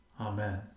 Amen